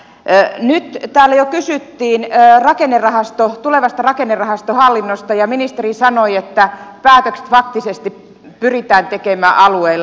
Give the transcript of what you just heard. nyt täällä jo kysyttiin tulevasta rakennerahastohallinnosta ja ministeri sanoi että päätökset faktisesti pyritään tekemään alueilla